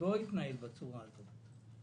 זה לא התנהל בצורה הזאת,